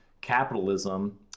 capitalism